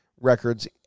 records